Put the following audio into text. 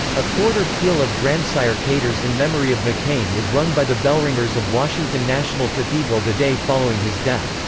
a quarter peal of grandsire grandsire caters in memory of mccain was rung by the bellringers of washington national cathedral the day following his death.